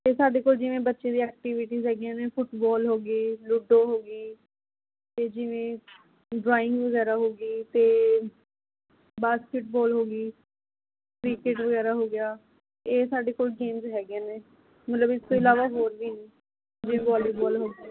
ਅਤੇ ਸਾਡੇ ਕੋਲ ਜਿਵੇਂ ਬੱਚਿਆਂ ਦੀ ਐਕਟੀਵਿਟੀਜ ਹੈਗੀਆਂ ਨੇ ਫੁੱਟਬੋਲ ਹੋ ਗਈ ਲੁੱਡੋ ਹੋ ਗਈ ਅਤੇ ਜਿਵੇਂ ਡਰਾਇੰਗ ਵਗੈਰਾ ਹੋ ਗਈ ਅਤੇ ਬਾਸਕਿਟਬੋਲ ਹੋ ਗਈ ਕ੍ਰਿਕਟ ਵਗੈਰਾ ਹੋ ਗਿਆ ਇਹ ਸਾਡੇ ਕੋਲ ਗੇਮਜ਼ ਹੈਗੀਆਂ ਨੇ ਮਤਲਬ ਇਸ ਤੋਂ ਇਲਾਵਾ ਹੋਰ ਵੀ ਨੇ ਜਿਵੇਂ ਵੋਲੀਬੋਲ ਹੋ ਗਈ